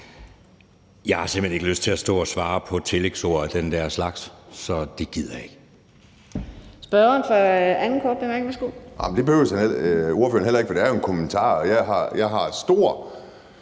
Jeg har simpelt hen ikke lyst til at stå og svare på tillægsord af den der slags – det gider jeg ikke.